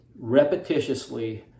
repetitiously